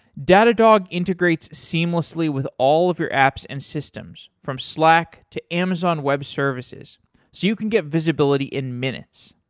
datadog integrates seamlessly with all of your apps and systems from slack, to amazon web services, so you can get visibility in minutes.